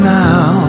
now